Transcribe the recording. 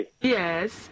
Yes